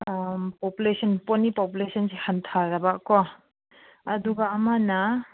ꯎꯝ population ꯄꯣꯅꯤ ꯄꯣꯄꯨꯂꯦꯁꯟꯁꯦ ꯍꯟꯊꯔꯕꯀꯣ ꯑꯗꯨꯒ ꯑꯃꯅ